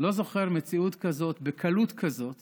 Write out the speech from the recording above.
ואני לא זוכר מציאות שבקלות כזאת